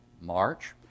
March